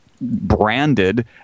Branded